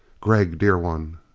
gregg, dear one!